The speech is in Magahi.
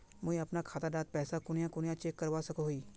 मुई अपना खाता डात पैसा कुनियाँ कुनियाँ चेक करवा सकोहो ही?